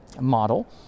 model